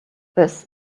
this